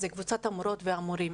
זו קבוצת המורים והמורות.